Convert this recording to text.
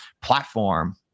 platform